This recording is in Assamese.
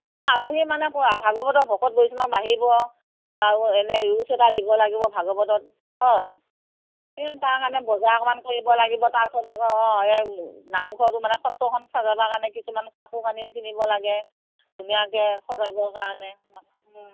অঁ আলহী মানে ক'ৰ ভাগৱতৰ ভকত বৈষ্ণৱ আহিব আৰু এনেই এটা দিব লাগিব ভাগৱতত হয় এই তাৰ কাৰণে বজাৰ অকণমান কৰিব লাগিব তাৰপিছত আকৌ অঁ এই নামঘৰতো মানে সত্ৰখন সজাব কাৰণে কিছুমান কাপোৰ কানিও কিনিব লাগে ধুনীয়াকৈ সজাবৰ কাৰণে